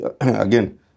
Again